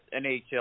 NHL